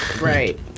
Right